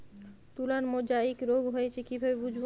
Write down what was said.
তুলার মোজাইক রোগ হয়েছে কিভাবে বুঝবো?